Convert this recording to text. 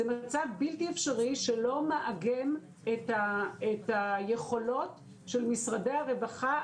זה מצב בלתי אפשרי שלא מעגן את היכולות של משרדי הרווחה,